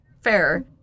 fair